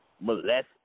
molested